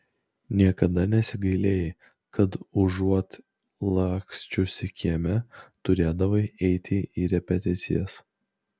niekada nesigailėjai kad užuot laksčiusi kieme turėdavai eiti į repeticijas